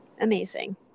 Amazing